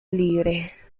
libre